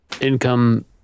income